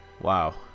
wow